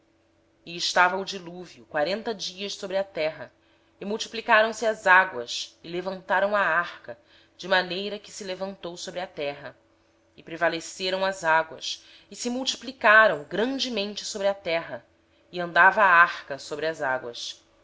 veio o dilúvio sobre a terra durante quarenta dias e as águas cresceram e levantaram a arca e ela se elevou por cima da terra prevaleceram as águas e cresceram grandemente sobre a terra e a arca vagava sobre as águas